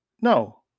no